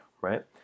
right